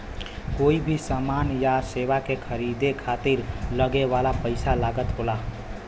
कोई भी समान या सेवा के खरीदे खातिर लगे वाला पइसा लागत होला